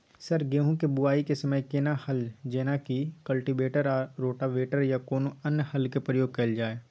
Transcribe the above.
Sir गेहूं के बुआई के समय केना हल जेनाकी कल्टिवेटर आ रोटावेटर या कोनो अन्य हल के प्रयोग कैल जाए?